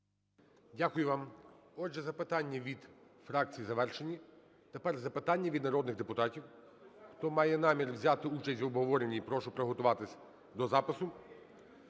Дякую вам. Отже, запитання від фракцій завершені. Тепер запитання від народних депутатів. Хто має намір взяти участь в обговоренні, прошу приготуватися до запису.